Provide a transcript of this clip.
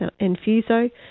Enfuso